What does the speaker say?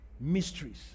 mysteries